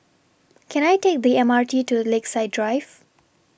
Can I Take The M R T to Lakeside Drive